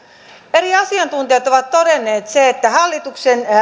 eri asiantuntijat ovat todenneet sen että